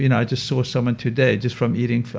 you know i just saw someone today, just from eating.